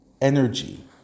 energy